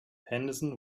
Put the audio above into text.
henderson